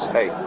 Hey